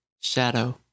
Shadow